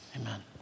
Amen